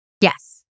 Yes